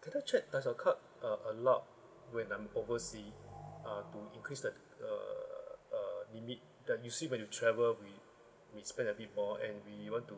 can I check does your card uh allow when I'm overseas ah to increase that uh uh limit that usually when you travel we we spend a bit more and we want to